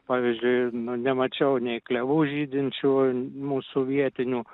pavyzdžiui nu nemačiau nei klevų žydinčių mūsų vietinių